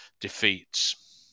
defeats